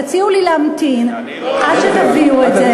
תציעו לי להמתין עד שתביאו את זה,